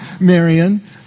Marion